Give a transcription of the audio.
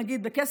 נגיד בכסף,